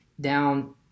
down